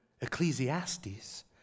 Ecclesiastes